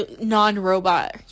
non-robot